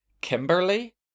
Kimberly